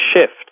shift